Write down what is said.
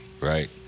right